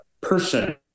person